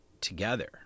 together